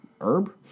herb